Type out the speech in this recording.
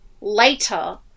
later